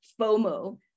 FOMO